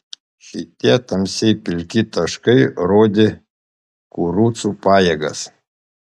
šitie tamsiai pilki taškai rodė kurucų pajėgas